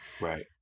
Right